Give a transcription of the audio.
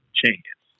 chance